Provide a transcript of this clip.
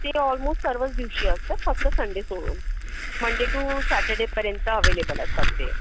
ते ऑलमोस्ट सर्वच दिवशी असतात फक्त संडे सोडून मंडे टू सॅटरडेपर्यंत अव्हेलेबल असतात ते